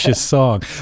song